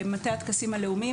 מטה הטקסים הלאומים,